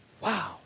Wow